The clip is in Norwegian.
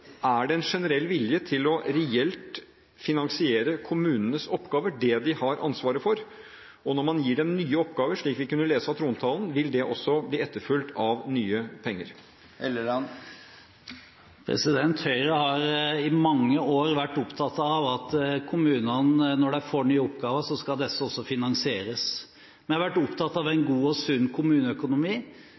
Er det en generell vilje til reelt å finansiere kommunenes oppgaver – det de har ansvaret for? Og når man gir dem nye oppgaver, slik vi kunne lese av trontalen, vil det også bli etterfulgt av nye penger? Høyre har i mange år vært opptatt av at når kommunene får nye oppgaver, skal disse også finansieres. Vi har vært opptatt av en god og sunn kommuneøkonomi,